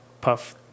puff